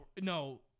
no